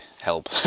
help